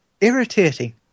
irritating